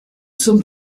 zum